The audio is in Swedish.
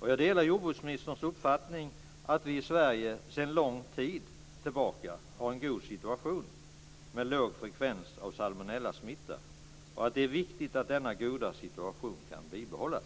Jag delar jordbruksministerns uppfattning att vi i Sverige sedan lång tid tillbaka har en god situation med låg frekvens av salmonellasmitta och att det är viktigt att denna goda situation kan behållas.